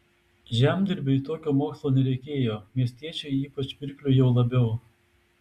žemdirbiui tokio mokslo nereikėjo miestiečiui ypač pirkliui jau labiau